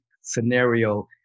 scenario